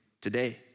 today